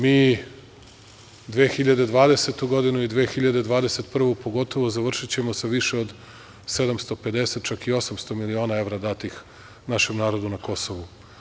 Mi 2020. i pogotovo 2021. godinu završićemo sa više od 750, čak i 800 miliona datih našem narodu na Kosovu.